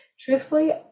truthfully